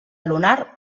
lunar